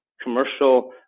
commercial